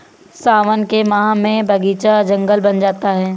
सावन के माह में बगीचा जंगल बन जाता है